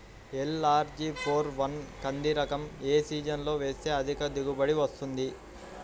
LRG four one కంది రకం ఏ సీజన్లో వేస్తె అధిక దిగుబడి వస్తుంది?